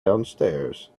downstairs